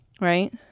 right